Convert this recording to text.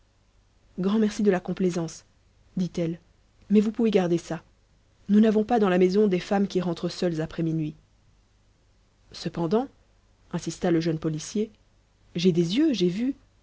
grand merci de la complaisance dit-elle mais vous pouvez garder ça nous n'avons pas dans la maison des femmes qui rentrent seules après minuit cependant insista le jeune policier j'ai des yeux j'ai vu